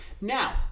Now